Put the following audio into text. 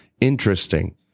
interesting